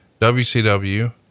WCW